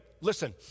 Listen